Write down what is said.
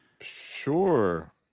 Sure